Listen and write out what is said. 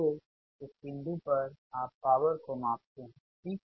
तो इस बिंदु पर आप पॉवर को मापते हैं ठीक